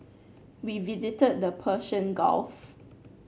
we visited the Persian Gulf